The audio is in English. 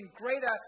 greater